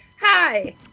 Hi